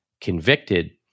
convicted